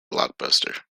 blockbuster